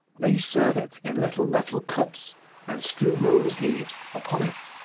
they serve it in little metal cups and strew rose leaves upon it.